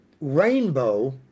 rainbow